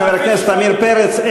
חבר הכנסת עמיר פרץ,